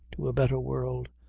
to a better world,